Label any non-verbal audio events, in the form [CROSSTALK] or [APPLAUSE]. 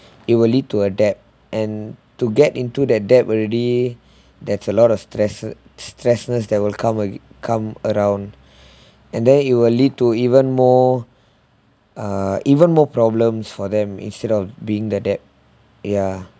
it will lead to a debt and to get into the debt already that's a lot of stress stresses that will come you come around [BREATH] and then it will lead to even more uh even more problems for them instead of being the debt ya